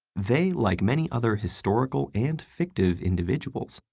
they, like many other historical and fictive individuals,